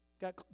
got